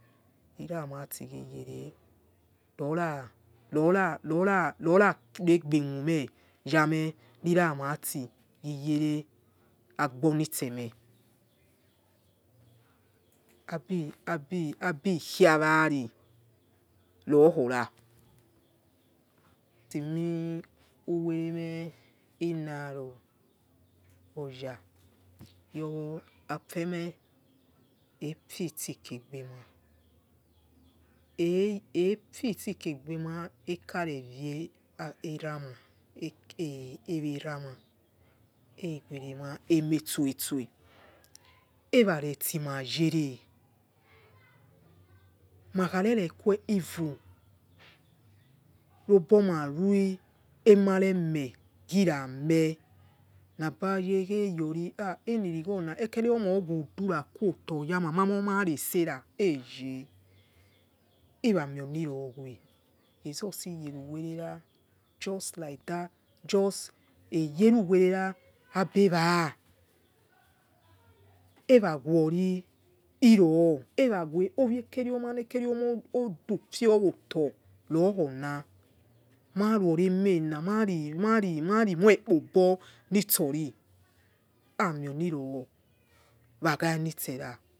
Riraratighiyere ora ora ora regbe mumeyameh niramati ghiyere wa gbonitsehmeh abo khi wari rokhora temuwere me inaroya oh afemah efisike gbema efisike gbema ekhareviera ma ekh evienama ewerema emeskosto eranestmayere makh reregue even robomaruemaremeh girame nabaya kheyori enirigor ekeriomoh owodurakun oto yama yamawo maresera ejeh iramioniro we ejusi yeruwerera just like that just eyere werera abewa ewawori iror erawe owi ekheri ana no du fiowoto rokhona maruore emena mari moi kpobo nitsori emioniro waganitsera.